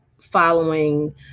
following